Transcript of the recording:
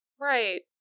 Right